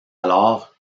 alors